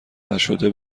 نشده